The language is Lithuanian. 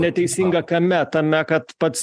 neteisinga kame tame kad pats